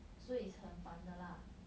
so it's 很烦的 lah